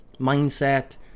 mindset